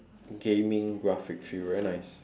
gaming graphic feel very nice